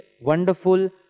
wonderful